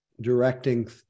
directing